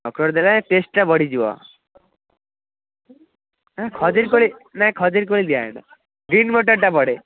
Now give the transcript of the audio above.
ଅଖରୋଟ୍ ଦେଲେ ଟେଷ୍ଟଟା ବଢ଼ିଯିବ ନାଁ ଖଜୁରୀ ଖଜୁରୀ କୋଳି ଦିଆ ଯାଏନି ଗ୍ରୀନ ମଟରଟା ପଡ଼େ